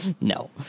No